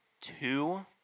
two